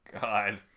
God